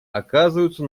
оказываются